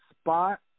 spot